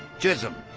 chisholm.